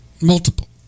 Multiple